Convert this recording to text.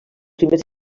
primers